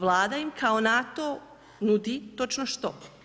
Vlada im kao na to nudi točno što?